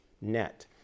net